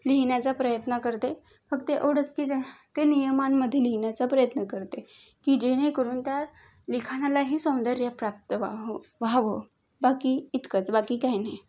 लिहिण्याचा प्रयत्न करते फक्त एवढंच की ते नियमांमध्ये लिहिण्याचा प्रयत्न करते की जेणेकरून त्या लिखाणालाही सौंदर्यप्राप्त वाह व्हावं बाकी इतकंच बाकी काही नाही